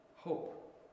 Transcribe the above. Hope